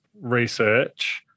research